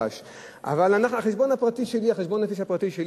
וזמן של חשבון נפש תמיד מציק: